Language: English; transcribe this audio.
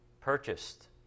purchased